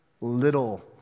little